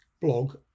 blog